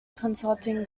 consulting